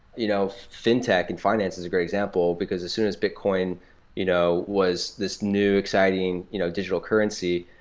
you know fintech and finance is a great example, because as soon as bitcoin you know was this new exciting you know digital currency,